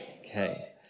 Okay